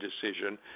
decision